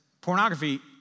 pornography